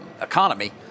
economy